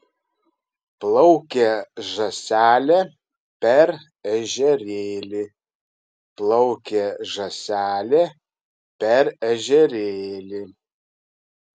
plaukė žąselė per ežerėlį plaukė žąselė per ežerėlį